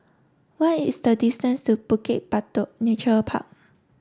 what is the distance to Bukit Batok Nature Park